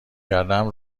کردم